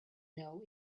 know